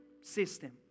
system